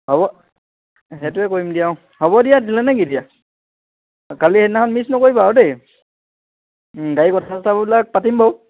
হ'ব সেইটোৱে কৰিম দিয়া হ'ব দিয়া দিলা নেকি এতিয়া কালি সেইদিনাখন মিচ নকৰিবা আৰু দেই গাড়ী কথা চথাবিলাক পাতিম বাৰু